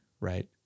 right